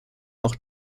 auch